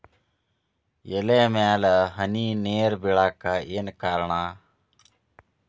ಎಲೆ ಮ್ಯಾಲ್ ಹನಿ ನೇರ್ ಬಿಳಾಕ್ ಏನು ಕಾರಣ?